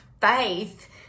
faith